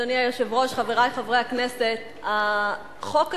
אדוני היושב-ראש, חברי חברי הכנסת, החוק הזה,